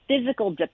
physical